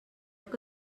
que